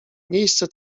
miejsce